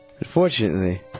Unfortunately